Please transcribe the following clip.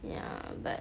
ya but